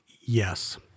yes